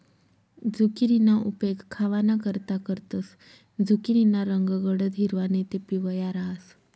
झुकिनीना उपेग खावानाकरता करतंस, झुकिनीना रंग गडद हिरवा नैते पिवया रहास